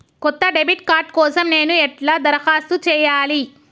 కొత్త debit card కోసం నేను ఎట్లా దరఖాస్తు చేయాలి?